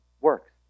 works